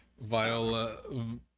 Viola